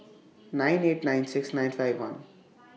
nine eight nine six nine five one